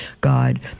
God